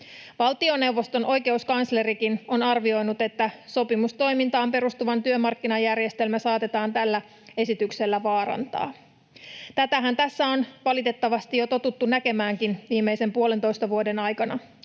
Valtioneuvoston oikeuskanslerikin on arvioinut, että sopimustoimintaan perustuva työmarkkinajärjestelmä saatetaan tällä esityksellä vaarantaa. Tätähän tässä on valitettavasti jo totuttu näkemäänkin viimeisen puolentoista vuoden aikana.